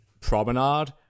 promenade